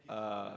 ah